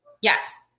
Yes